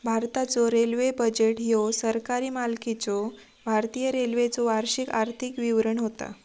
भारताचो railway budget ह्यो सरकारी मालकीच्यो भारतीय रेल्वेचो वार्षिक आर्थिक विवरण होता